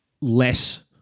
less